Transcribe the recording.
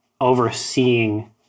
overseeing